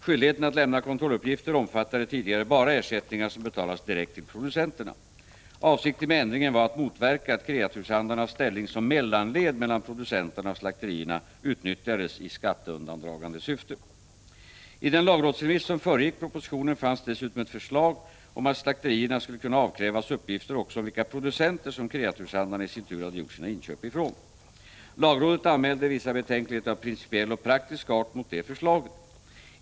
Skyldigheten att lämna kontrolluppgifter omfattade tidigare bara ersättningar som betalades direkt till producenterna. Avsikten med ändringen var att motverka att kreaturshandlarnas ställning som mellanled mellan producenterna och slakterierna utnyttjades i skatteundandragande syfte. I den lagrådsremiss som föregick propositionen fanns dessutom ett förslag om att slakterierna skulle kunna avkrävas uppgifter också om vilka producenter som kreaturshandlarna i sin tur hade gjort sina inköp från. Lagrådet anmälde vissa betänkligheter av principiell och praktisk art mot detta förslag.